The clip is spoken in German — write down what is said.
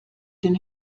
den